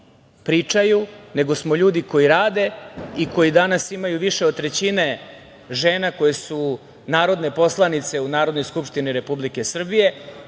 nego smo ljudi koji rade i koji danas imaju više od trećine žena koje su narodne poslanice u Narodnoj skupštini Republike Srbije.